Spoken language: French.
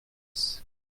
dix